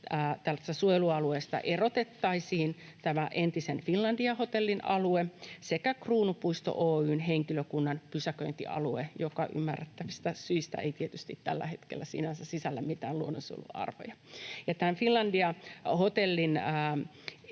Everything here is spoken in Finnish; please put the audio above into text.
tästä suojelualueesta erotettaisiin tämä entisen Finlandia-hotellin alue sekä Kruunupuisto Oy:n henkilökunnan pysäköintialue, joka ymmärrettävistä syistä ei tietysti tällä hetkellä sinänsä sisällä mitään luonnonsuojeluarvoja. Finlandia-hotellin